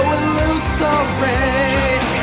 illusory